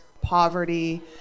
poverty